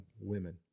women